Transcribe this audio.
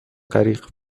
غریق